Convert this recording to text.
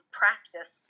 practice